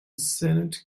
senate